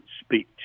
speech